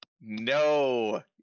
no